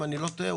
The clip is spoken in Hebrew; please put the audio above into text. אם אני לא טועה,